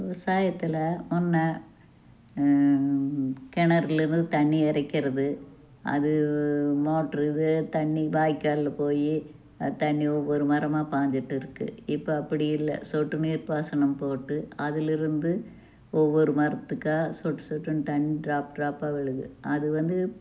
விவசாயத்தில் ஒன்று கிணறுல இருந்து தண்ணி இறைக்கிறது அது மோட்ரு இது தண்ணி வாய்க்காலில் போய் தண்ணி ஒவ்வொரு மரமாக பாய்ஞ்சிட்டு இருக்கும் இப்போ அப்படி இல்லை சொட்டுநீர் பாசனம் போட்டு அதுலேருந்து ஒவ்வொரு மரத்துக்கா சொட்டு சொட்டுன்னு தண்ணி ட்ராப் ட்ராப்பாக விழுது அதுவந்து